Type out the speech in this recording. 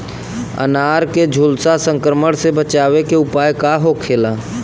अनार के झुलसा संक्रमण से बचावे के उपाय का होखेला?